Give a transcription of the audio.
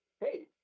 hey